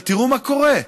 אבל תראו מה קורה.